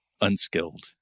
unskilled